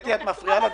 קטי, את מפריעה לדיון.